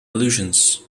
illusions